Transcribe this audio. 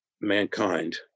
mankind